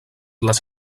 les